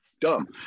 dumb